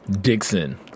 Dixon